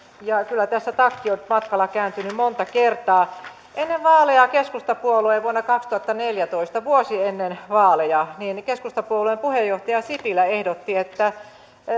ja kyllä tässä takki on matkalla kääntynyt monta kertaa ennen vaaleja vuonna kaksituhattaneljätoista vuosi ennen vaaleja keskustapuolueen puheenjohtaja sipilä ehdotti että